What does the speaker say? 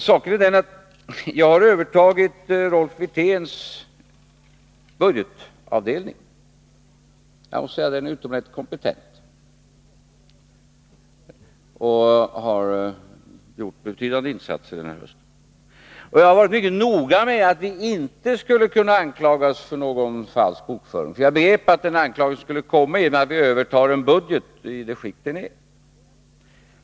Saken är den att jag har övertagit Rolf Wirténs budgetavdelning — jag måste säga att den är utomordentligt kompetent och har gjort betydande insatser den här hösten. Och jag har varit mycket noga med att vi inte skall kunna anklagas för någon falsk bokföring, för jag begrep att den anklagelsen skulle komma, genom att vi övertog en budget i det skick som den var.